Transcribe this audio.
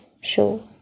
show